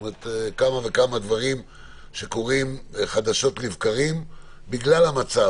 כמה וכמה דברים שקורים חדשות לבקרים בגלל המצב.